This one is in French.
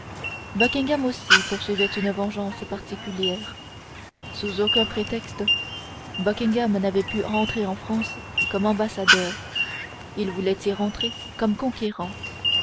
buckingham aussi poursuivait une vengeance particulière sous aucun prétexte buckingham n'avait pu rentrer en france comme ambassadeur il voulait y rentrer comme conquérant